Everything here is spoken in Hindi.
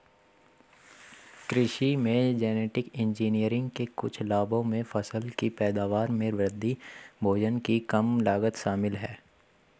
कृषि में जेनेटिक इंजीनियरिंग के कुछ लाभों में फसल की पैदावार में वृद्धि, भोजन की कम लागत शामिल हैं